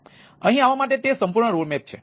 અહીં આવવા માટે તે સંપૂર્ણ રોડ મેપ છે